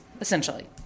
essentially